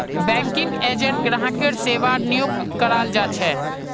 banking agent ग्राहकेर सेवार नियुक्त कराल जा छेक